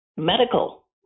medical